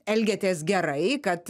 elgiatės gerai kad